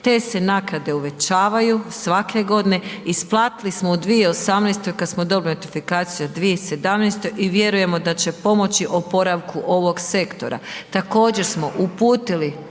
Te se naknade uvećavaju, svake godine, isplatili smo u 2018. kad smo dobili notifikaciju u 2017. i vjerujemo da će pomoći oporavku ovoga sektora, također smo uputili